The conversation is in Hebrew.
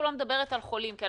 אנחנו